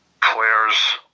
players